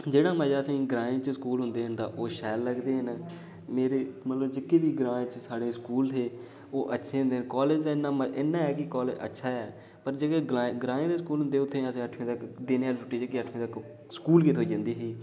जेह्ड़ा मजा असेंगी ग्राएं च स्कूल औंदे न ओह् शैल लगदे न मेरे मतलब जेह्के बी ग्राएं च साढ़े स्कूल थे ओह् अच्छे हे कालेज इन्ना ऐ कि कालेज अच्छा ऐ पर जेह्के ग्राएं दे स्कूल होंदे उत्थै अस अट्ठ बजे तक दिनें आह्ली रूट्टी स्कूल गै थोह्ई अंदी ही